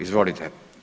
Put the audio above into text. Izvolite.